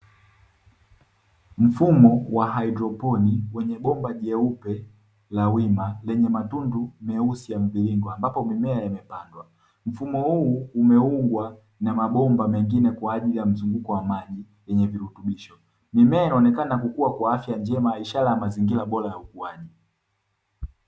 Mfumo wa haidroponi wenye bomba jeupe la wima lenye matundu meusi ya mviringo ambapo mimea imepandwa. Mfumo huu umeungwa na mabomba mengine kwa ajili ya mzunguko wa maji yenye virutubisho. Mimea inaonekana kukua kwa afya njema ishara ya mazingira bora ya ukuaji.